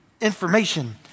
information